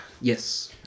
Yes